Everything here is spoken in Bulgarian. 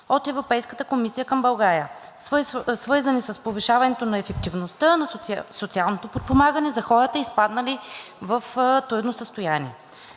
от Европейската комисия към България, свързани с повишаването на ефективността на социалното подпомагане за хората, изпаднали в трудно състояние.